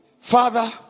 Father